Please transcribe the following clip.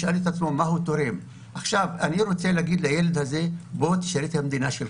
אני רוצה להגיד לילד שישרת את המדינה שלו,